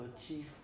chief